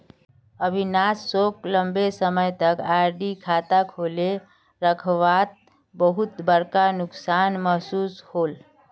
अविनाश सोक लंबे समय तक आर.डी खाता खोले रखवात बहुत बड़का नुकसान महसूस होल